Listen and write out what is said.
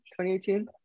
2018